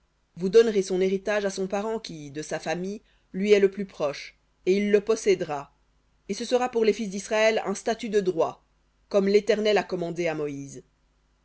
vous donnerez son héritage à son parent qui de sa famille lui est le plus proche et il le possédera et ce sera pour les fils d'israël un statut de droit comme l'éternel a commandé à moïse